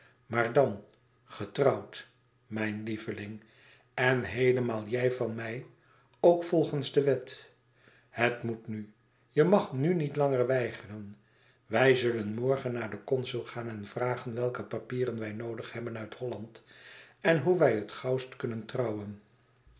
maar dan getrouwd mijn lieveling en heelemaal jij van mij ook volgens de wet het moet nu je mag nu niet langer weigeren wij zullen morgen naar den consul gaan en vragen welke papieren wij noodig hebben uit holland en hoe wij het gauwst kunnen trouwen